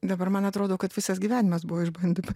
dabar man atrodo kad visas gyvenimas buvo išbandymai